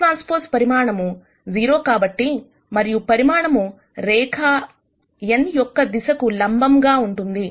nT పరిమాణం 0 కాబట్టి మరియు పరిమాణము రేఖ n యొక్క దిశ కు లంబముగా ఉంటుంది